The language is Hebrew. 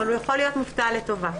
אבל הוא יכול להיות מופתע לטובה.